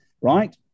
right